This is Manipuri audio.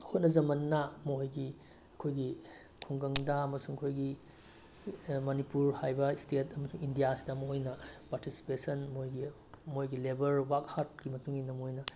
ꯍꯣꯠꯅꯖꯃꯟꯅ ꯃꯈꯣꯏꯒꯤ ꯑꯩꯈꯣꯏꯒꯤ ꯈꯨꯡꯒꯪꯗ ꯑꯃꯁꯨꯡ ꯑꯩꯈꯣꯏꯒꯤ ꯃꯅꯤꯄꯨꯔ ꯍꯥꯏꯕ ꯁ꯭ꯇꯦꯠ ꯑꯃꯁꯨꯡ ꯏꯟꯗꯤꯌꯥꯁꯤꯗ ꯃꯈꯣꯏꯅ ꯄꯥꯔꯇꯤꯁꯤꯄꯦꯁꯟ ꯃꯣꯏꯒꯤ ꯃꯣꯏꯒꯤ ꯂꯦꯕ꯭ꯔ ꯋꯥꯛ ꯍꯥꯔꯠꯀꯤ ꯃꯇꯨꯡ ꯏꯟꯅ ꯃꯣꯏꯅ